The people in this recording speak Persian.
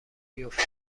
بیفتم